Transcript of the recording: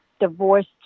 divorced